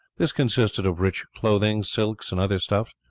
this consisted of rich clothing, silks and other stuffs,